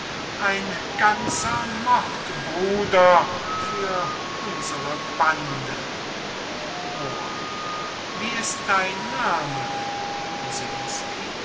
ein ganzer mordbruder für uns're bande moor wie ist dein name